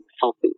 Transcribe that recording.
healthy